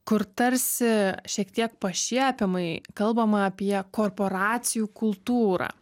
kur tarsi šiek tiek pašiepiamai kalbama apie korporacijų kultūrą